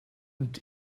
mit